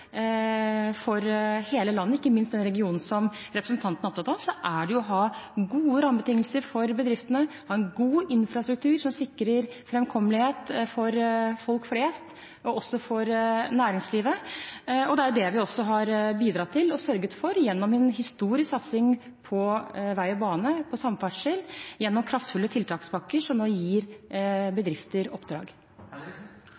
bedriftene og en god infrastruktur som sikrer framkommelighet for folk flest og for næringslivet. Det er det vi har bidratt til og sørget for gjennom en historisk satsing på vei og bane – på samferdsel – gjennom kraftfulle tiltakspakker som nå gir